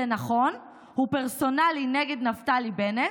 זה נכון, הוא פרסונלי נגד נפתלי בנט,